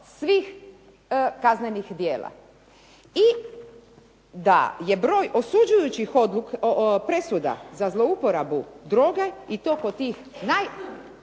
svih kaznenih djela. I da je broj osuđujućih presuda za zlouporabu droga i to pod tih najlakših